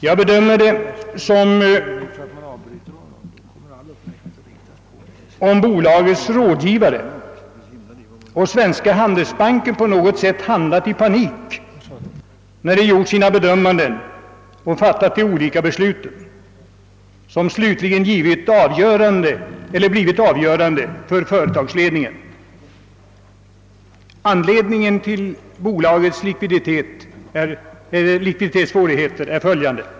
Det förefaller som om bolagets rådgivare och Svenska handelsbanken på något sätt handlat i panik när de gjort sina bedömanden och fattat de olika beslut som till sist blivit avgörande för företagsledningen. Anledningen till bolagets likviditetssvårigheter är följande.